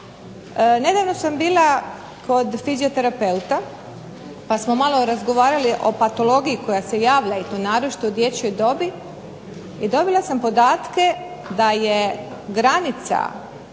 Nedavno sam bila kod fizioterapeuta pa smo malo razgovarali o patologiji koja se javlja naročito u dječjoj dobi i dobila sam podatke da je granica